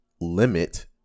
limit